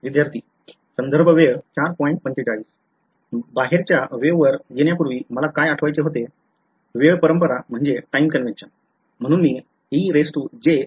विद्यार्थीः जावक म्हणजे बाहेर जाणारे बाहेरच्या वेववर येण्यापूर्वी मला काय आठवायचे होते वेळ परंपरा म्हणजे time convention